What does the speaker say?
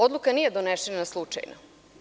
Odluka nije donesena slučajno.